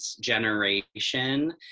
generation